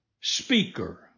speaker